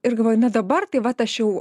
ir galvoju na dabar tai vat aš jau